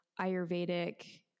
Ayurvedic